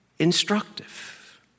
instructive